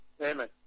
Amen